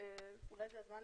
לבן אדם,